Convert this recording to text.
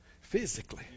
physically